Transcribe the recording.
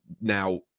Now